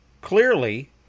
clearly